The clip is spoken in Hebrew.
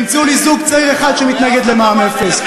תמצאו לי זוג צעיר אחד שמתנגד למע"מ אפס.